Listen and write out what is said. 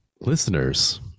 Listeners